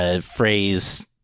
phrase